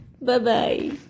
Bye-bye